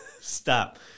Stop